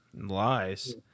Lies